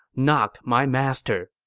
not my master.